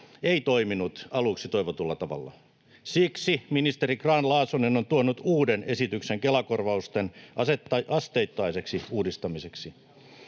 ei toiminut aluksi toivotulla tavalla. Siksi ministeri Grahn-Laasonen on nyt tuonut uuden esityksen Kela-korvausten asteittaiseksi uudistamiseksi.